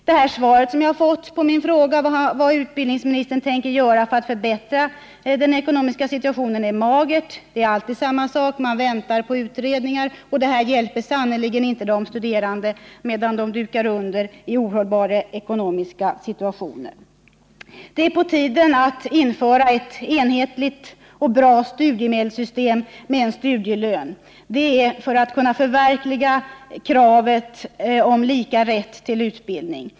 Det svar som jag fått på min fråga om vad utbildningsministern tänker göra för att förbättra den ekonomiska situationen är, som jag sade, magert. Det är alltid samma sak: man väntar på utredningar. Men det hjälper sannerligen inte de studerande medan de dukar under i ohållbara ekonomiska situationer. Det är på tiden att införa ett enhetligt och bra studiemedelssystem med studielön för att kunna förverkliga kravet på lika rätt till utbildning.